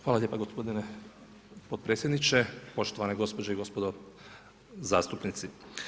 Hvala lijepa gospodine potpredsjedniče, poštovane gospođe i gospodo zastupnici.